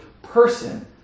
person